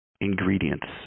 ingredients